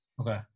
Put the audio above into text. Okay